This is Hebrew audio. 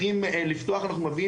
נותנים